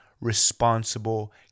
responsible